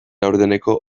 laurdeneko